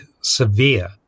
severe